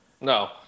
no